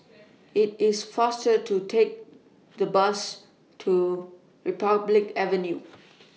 IT IS faster to Take The Bus to Republic Avenue